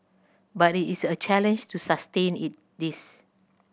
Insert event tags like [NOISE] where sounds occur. but it is a challenge to sustain [UNINTELLIGIBLE] this